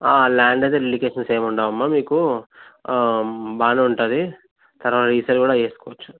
land అయితే litigations ఏముండవమ్మా మీకు బాగానే ఉంటుంది తర్వాత రీసేల్ కూడా చేసుకోవచ్చు